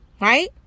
Right